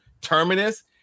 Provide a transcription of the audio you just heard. terminus